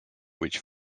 which